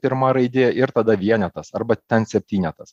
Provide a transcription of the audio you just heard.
pirma raidė ir tada vienetas arba ten septynetas